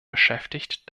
beschäftigt